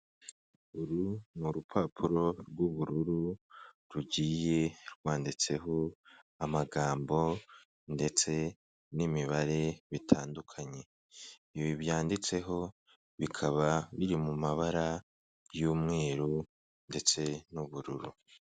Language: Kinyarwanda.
Uru ni urupapuro rw'ubururu rugiye rwanditseho amagambo ndetse n'imibare bitandukanye, ibi byanditseho bikaba biri mu mabara y'umweru ndetse n'ubururu.